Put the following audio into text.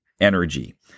energy